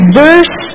verse